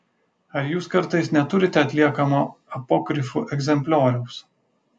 ar jūs kartais neturite atliekamo apokrifų egzemplioriaus